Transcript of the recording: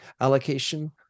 allocation